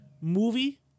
movie